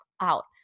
out